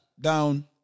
down